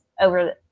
over